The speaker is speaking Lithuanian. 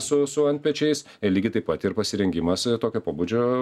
su su antpečiais lygiai taip pat ir pasirengimas tokio pobūdžio